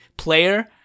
player